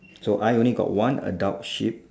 so I only got one adult sheep